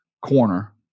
Corner